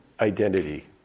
identity